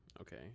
Okay